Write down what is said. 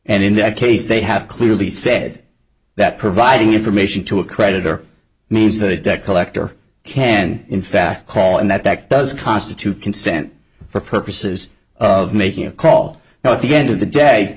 and in that case they have clearly said that providing information to a creditor means that a debt collector can in fact call and that that does constitute consent for purposes of making a call now at the end of the day